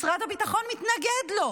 משרד הביטחון מתנגד לו.